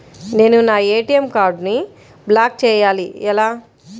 నేను నా ఏ.టీ.ఎం కార్డ్ను బ్లాక్ చేయాలి ఎలా?